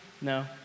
No